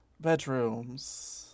bedrooms